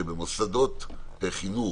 שבמוסדות חינוך,